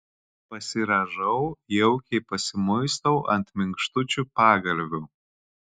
pasirąžau jaukiai pasimuistau ant minkštučių pagalvių